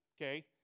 okay